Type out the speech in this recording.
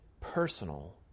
personal